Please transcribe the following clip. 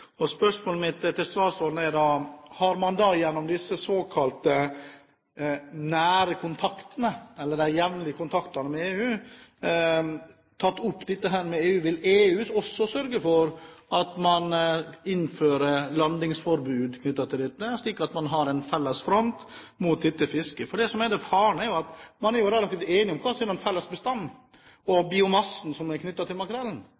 statsråden er da: Har man gjennom disse såkalte nære kontaktene eller de jevnlige kontaktene med EU tatt opp dette: Vil EU også sørge for at man innfører landingsforbud knyttet til dette, slik at man har en felles front mot dette fisket? Man er jo relativt enig om hva som er den felles bestanden og biomassen som er knyttet til makrellen. Det man